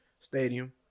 Stadium